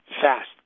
fast